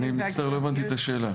אני מצטער, לא הבנתי את השאלה.